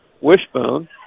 Wishbone